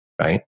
right